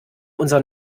unser